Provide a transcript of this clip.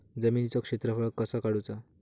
जमिनीचो क्षेत्रफळ कसा काढुचा?